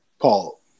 Paul